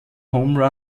home